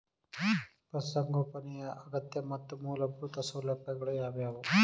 ಪಶುಸಂಗೋಪನೆಯ ಅಗತ್ಯ ಮತ್ತು ಮೂಲಭೂತ ಸೌಲಭ್ಯಗಳು ಯಾವುವು?